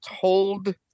told